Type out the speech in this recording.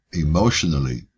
emotionally